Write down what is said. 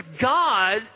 God